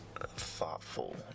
thoughtful